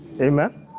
Amen